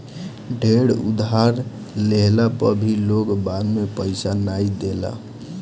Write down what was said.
ढेर उधार लेहला पअ भी लोग बाद में पईसा नाइ देला